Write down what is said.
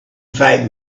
five